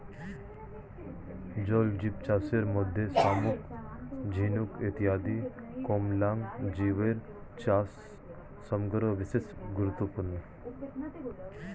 জলজীবচাষের মধ্যে শামুক, ঝিনুক ইত্যাদি কোমলাঙ্গ জীবের চাষ সমগ্র বিশ্বে গুরুত্বপূর্ণ